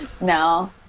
no